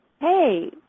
hey